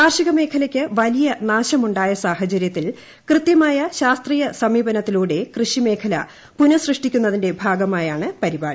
കാർഷിക്ക് മേഖലക്ക് വലിയ നാശമുണ്ടായസാഹചര്യത്തിൽ കൃത്യമായ ശാസ്ത്രീയ സമീപനത്തിലൂടെ കൃഷി്മേഖ്ല് പുനസൃഷ്ടിക്കുന്നതിന്റെ ഭാഗമായാണ് പരിപാടി